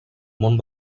món